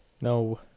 No